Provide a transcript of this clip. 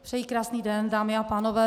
Přeji krásný den, dámy a pánové.